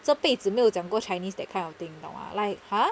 这辈子没有讲过 chinese that kind of thing 你懂吗 like ha